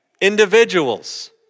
individuals